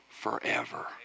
forever